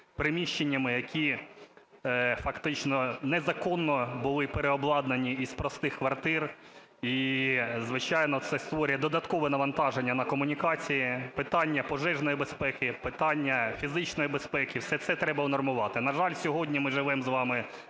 приміщеннями, які фактично незаконно були переобладнані із простих квартир і, звичайно, це створює додаткове навантаження на комунікації, питання пожежної безпеки, питання фізичної безпеки – все це треба унормувати. На жаль, сьогодні ми живемо з вами